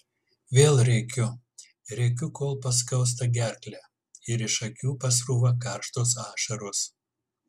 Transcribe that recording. vėl rėkiu rėkiu kol paskausta gerklę ir iš akių pasrūva karštos ašaros